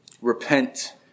Repent